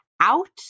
out